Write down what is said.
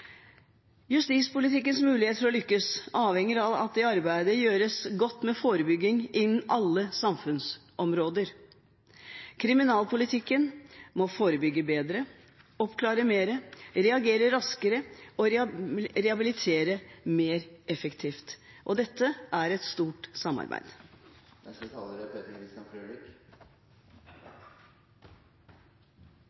Justispolitikkens mulighet for å lykkes avhenger av at arbeidet med forebygging gjøres godt innen alle samfunnsområder. Kriminalpolitikken må forebygge bedre, oppklare mer, reagere raskere og rehabilitere mer effektivt. Dette er et stort samarbeid. Det har vært fire gledelige budsjetter for justissektoren disse årene, og siden dette er